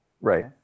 Right